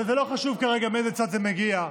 ולא חשוב כרגע מאיזה צד זה מגיע,